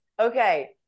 Okay